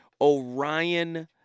Orion